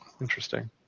Interesting